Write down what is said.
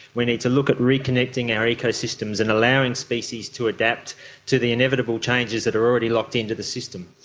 we need to look at reconnecting our ecosystems and allowing species to adapt to the inevitable changes that are already locked in to the system.